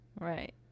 Right